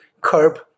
curb